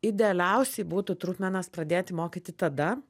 idealiausiai būtų trupmenas pradėti mokyti tada